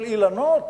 של אילנות,